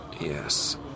Yes